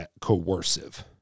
coercive